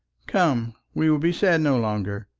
come, we will be sad no longer.